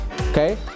okay